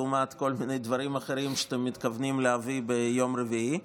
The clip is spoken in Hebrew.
לעומת כל מיני דברים אחרים שאתם מתכוונים להביא ביום רביעי.